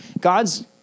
God's